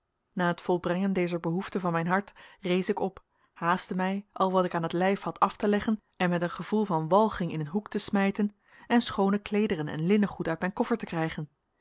na het volbrengen dezer behoefte van mijn hart rees ik op haastte mij al wat ik aan het lijf had af te leggen en met een gevoel van walging in een hoek te smijten en schoone kleederen en linnengoed uit mijn koffer te krijgen